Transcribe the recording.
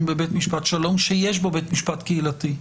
מגוריו של אדם הוא באזור השיפוט של בית משפט קהילתי-